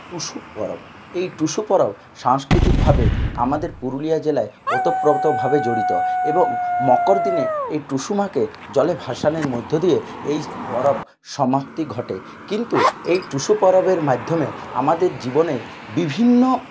টুসু পরব এই টুসু পরব সাংস্কৃতিকভাবে আমাদের পুরুলিয়া জেলায় ওতপ্রোতভাবে জড়িত এবং মকর দিনে এই টুসু মাকে জলে ভাসানের মধ্যে দিয়ে এই পরব সমাপ্তি ঘটে কিন্তু এই টুসু পরবের মাধ্যমে আমাদের জীবনের বিভিন্ন